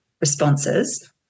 responses